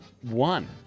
one